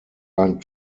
ein